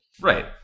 right